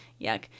Yuck